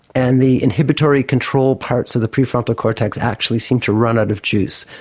and the inhibitory control parts of the prefrontal cortex actually seem to run out of juice.